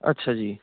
ਅੱਛਾ ਜੀ